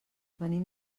venim